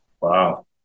Wow